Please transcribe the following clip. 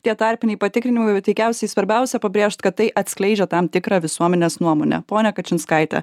tie tarpiniai patikrinimai bet veikiausiai svarbiausia pabrėžt kad tai atskleidžia tam tikrą visuomenės nuomonę ponia kačinskaite